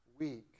week